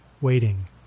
waiting